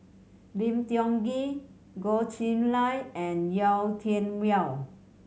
Lim Tiong Ghee Goh Chiew Lye and Yau Tian Yau